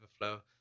Overflow